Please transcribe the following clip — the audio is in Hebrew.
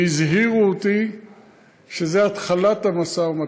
הזהירו אותי שזו התחלת המשא-ומתן,